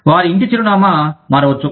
వారి ఇంటి చిరునామా మారవచ్చు